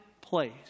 place